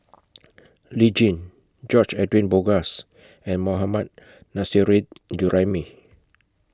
Lee Tjin George Edwin Bogaars and Mohammad Nurrasyid Juraimi